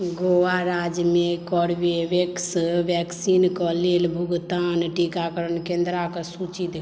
गोवा राज्यमे कोरबेवेक्स वैक्सीनके लेल भुगतान टीकाकरण केन्द्रक सूची देखाउ